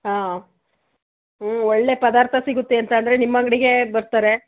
ಹಾಂ ಹ್ಞೂ ಒಳ್ಳೆಯ ಪದಾರ್ಥ ಸಿಗುತ್ತೆ ಅಂತ ಅಂದರೆ ನಿಮ್ಮ ಅಂಗಡಿಗೆ ಯಾಕೆ ಬರ್ತಾರೆ